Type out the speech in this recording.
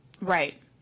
Right